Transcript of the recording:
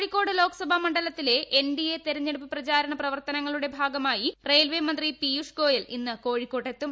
കോഴിക്കോട് ലോക്സഭാ മണ്ഡലത്തിലെ N D A തെരഞ്ഞെടുപ്പ് പ്രചാരണ പ്രവർത്തനങ്ങളുടെ ഭാഗമായി റെയിൽവേ മന്ത്രി പിയൂഷ് ഗോയൽ കോഴിക്കോട്ടെത്തും